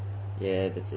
ya that's it